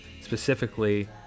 Specifically